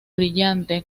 brillante